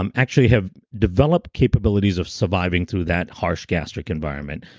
um actually have developed capabilities of surviving through that harsh gastric environment.